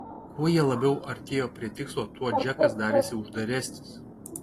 kuo jie labiau artėjo prie tikslo tuo džekas darėsi uždaresnis